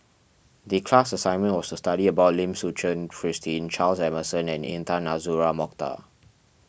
the class assignment was to study about Lim Suchen Christine Charles Emmerson and Intan Azura Mokhtar